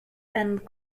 and